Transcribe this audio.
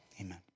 amen